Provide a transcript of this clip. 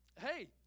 hey